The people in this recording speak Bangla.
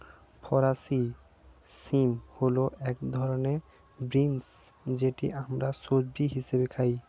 ফরাসি শিম হল এক ধরনের বিন্স যেটি আমরা সবজি হিসেবে খাই